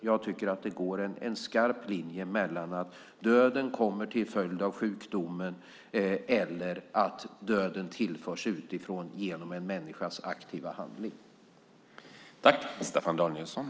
Jag tycker att det går en skarp linje mellan att döden kommer till följd av sjukdomen och att döden tillförs utifrån genom en människas aktiva handling.